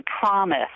promise